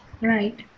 Right